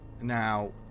Now